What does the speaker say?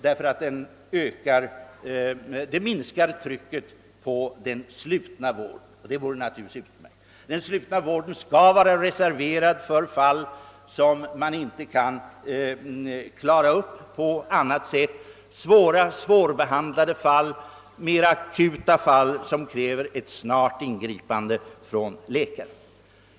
därför att den minskar trycket på den slutna vården. Det vore i så fall utmärkt. Den slutna vården skall reserveras för sådana fall som inte kan klaras på annat sätt, t.ex. svårbehandlade akuta fall som kräver snabbt ingripande av läkare.